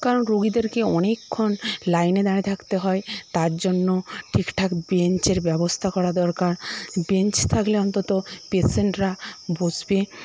কারণ রুগিদেরকে অনেকক্ষণ লাইনে দাঁড়িয়ে থাকতে হয় তার জন্য ঠিকঠাক বেঞ্চের ব্যবস্থা করা দরকার বেঞ্চ থাকলে অন্তত পেশেন্টরা বসবে